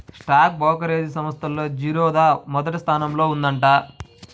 stock brokerage సంస్థల్లో జిరోదా మొదటి స్థానంలో ఉందంట